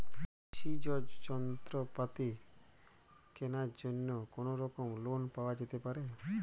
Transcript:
কৃষিযন্ত্রপাতি কেনার জন্য কোনোরকম লোন পাওয়া যেতে পারে?